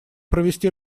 провести